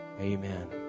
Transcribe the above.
Amen